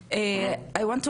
(תרגום חופשי מהשפה האנגלית): אני רוצה